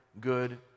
good